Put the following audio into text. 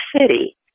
City